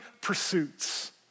pursuits